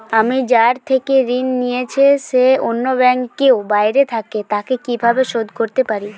আমি যার থেকে ঋণ নিয়েছে সে অন্য ব্যাংকে ও বাইরে থাকে, তাকে কীভাবে শোধ করতে পারি?